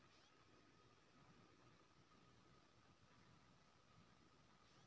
अगर हम नियत समय पर किस्त जमा नय के सकलिए त ओकर ब्याजो लगतै?